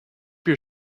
your